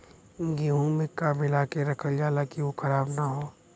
गेहूँ में का मिलाके रखल जाता कि उ खराब न हो?